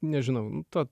nežinau nu tuo